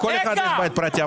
לכל אחד יש בית פרטי,